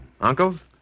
Uncles